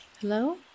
Hello